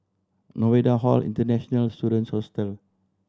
Novena Hall International Students Hostel